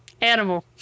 Animal